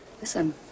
listen